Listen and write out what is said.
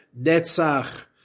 Netzach